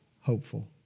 hopeful